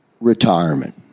Retirement